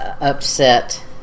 upset